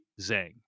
Zhang